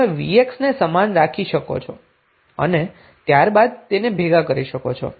તેથી તમે vx ને સમાન રાખી શકો છો અને ત્યારબાદ તેને ભેગા કરી શકો છો